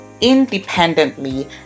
independently